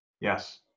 Yes